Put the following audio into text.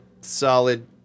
solid